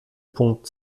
punkt